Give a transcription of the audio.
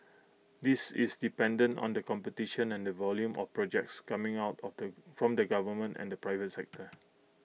this is dependent on the competition and volume of projects coming out of the from the government and the private sector